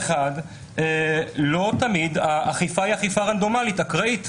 לא תמיד האכיפה היא אכיפה רנדומלית-אקראית.